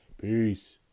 Peace